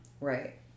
Right